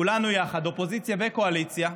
כולנו יחד, אופוזיציה וקואליציה,